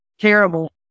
terrible